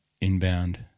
inbound